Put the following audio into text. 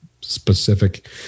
specific